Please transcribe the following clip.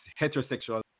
heterosexual